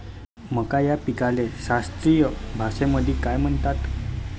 मका या पिकाले शास्त्रीय भाषेमंदी काय म्हणतात?